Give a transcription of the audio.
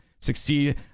succeed